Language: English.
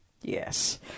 Yes